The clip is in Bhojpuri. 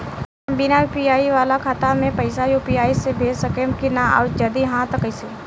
हम बिना यू.पी.आई वाला खाता मे पैसा यू.पी.आई से भेज सकेम की ना और जदि हाँ त कईसे?